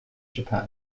japan